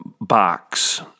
box